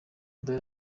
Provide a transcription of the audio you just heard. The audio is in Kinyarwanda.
dore